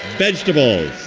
vegetables